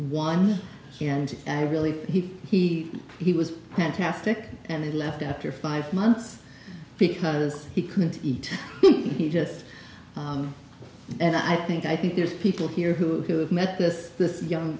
one and really he he he was fantastic and he left after five months because he couldn't eat he just and i think i think there's people here who have met this this young